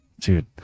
dude